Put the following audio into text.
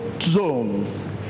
zone